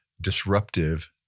disruptive